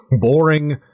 boring